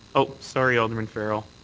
ah sorry, alderman farrell.